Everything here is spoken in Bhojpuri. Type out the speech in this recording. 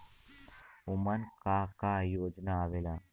उमन का का योजना आवेला?